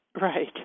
Right